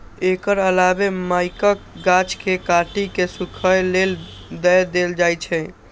एकर अलावे मकइक गाछ कें काटि कें सूखय लेल दए देल जाइ छै